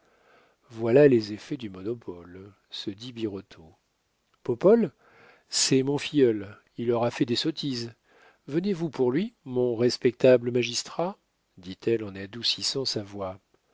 voilà les effets du monopole se dit birotteau popole c'est mon filleul il aura fait des sottises venez-vous pour lui mon respectable magistrat dit-elle en adoucissant sa voix